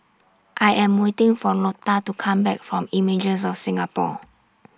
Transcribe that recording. I Am waiting For Lota to Come Back from Images of Singapore